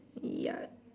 ya